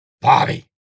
Bobby